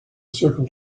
circle